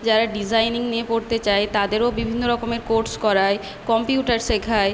যারা ডিজাইনিং নিয়ে পড়তে চায় তাদেরও বিভিন্ন রকমের কোর্স করায় কম্পিউটার শেখায়